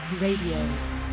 Radio